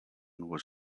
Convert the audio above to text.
was